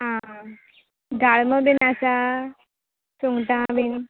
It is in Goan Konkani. आं गालमो बिन आसा सुंगटा बीन